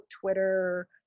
Twitter